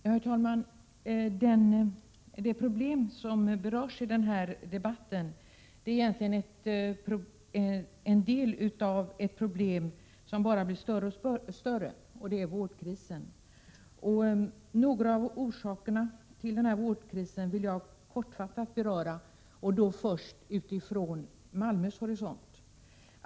Herr talman! Den fråga som berörs i den här debatten är egentligen en del av ett problem som bara blir större och större, och det är vårdkrisen. Några av orsakerna till den här vårdkrisen vill jag kortfattat beröra och då först och främst utifrån Malmös horisont.